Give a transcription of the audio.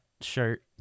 shirt